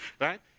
right